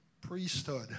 priesthood